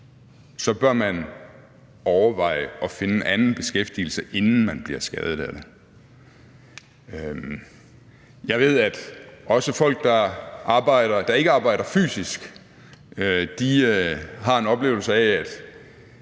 af det, at overveje at finde en anden beskæftigelse, inden man bliver skadet af det. Jeg ved, at også folk, der ikke arbejder fysisk, har en oplevelse af, at